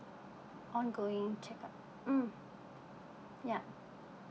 ongoing check-up um yup